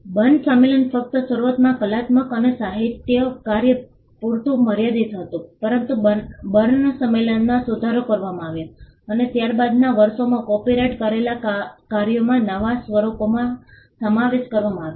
burn સંમેલન ફક્ત શરૂઆતમાં કલાત્મક અને સાહિત્યિક કાર્ય પૂરતું મર્યાદિત હતું પરંતુ બર્ન સંમેલનમાં સુધારો કરવામાં આવ્યો અને ત્યારબાદના વર્ષોમાં કોપિરાઇટ કરેલા કાર્યોમાં નવા સ્વરૂપોનો સમાવેશ કરવામાં આવ્યો